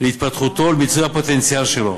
להתפתחותו ולמיצוי הפוטנציאל שלו.